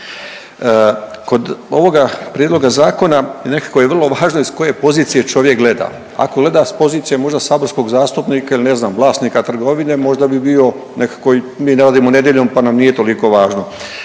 Kod ovoga prijedloga zakona nekako je vrlo važno iz koje pozicije čovjek gleda. Ako gleda s pozicije možda saborskog zastupnika ili ne znam vlasnika trgovine možda bi bio nekako i mi radimo nedjeljom pa nam nije toliko važno,